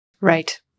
Right